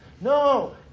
No